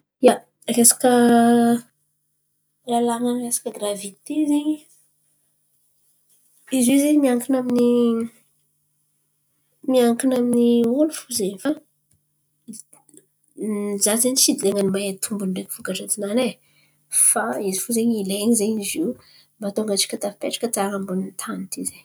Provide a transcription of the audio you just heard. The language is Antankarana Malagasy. Ia, resaka lalàn̈a gravite zen̈y, izo zen̈y miankina amy ny miankina amin'olo fo zen̈y. Fa za zen̈y tsy de mahay tombony reky voka-dratsy nany. Fa izy fo zen̈y ilain̈a izen̈y zio mahatonga antsika tafipetraka ziô mahatonga antsika tafipetraka tsara ambony tan̈y ity ziô.